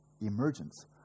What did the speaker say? emergence